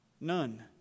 None